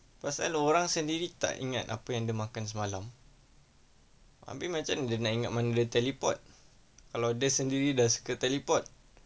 pasal orang sendiri tak ingat apa yang dia makan semalam ambil macam dia nak ingat mana dia teleport kalau dia sendiri dah suka teleport